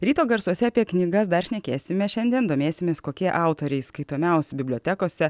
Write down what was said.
ryto garsuose apie knygas dar šnekėsime šiandien domėsimės kokie autoriai skaitomiausių bibliotekose